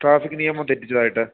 traffic നിയമം തെറ്റിച്ചതായിട്ട്